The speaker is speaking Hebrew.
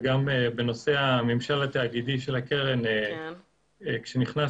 בנושא הממשל התאגידי של הקרן כשנכנס